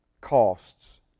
costs